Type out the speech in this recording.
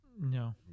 No